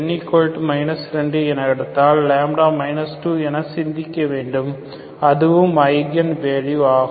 n 2 என எடுத்தால் 2 என சிந்திக்க வேண்டும் அதுவும் ஐகன் வேல்யூ ஆகும்